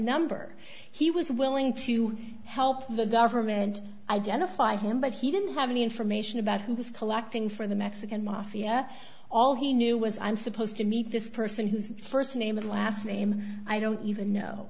number he was willing to help the government identify him but he didn't have any information about who was collecting for the mexican mafia all he knew was i'm supposed to meet this person whose first name and last name i don't even know